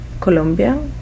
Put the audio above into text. Colombia